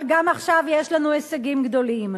אבל גם עכשיו יש לנו הישגים גדולים.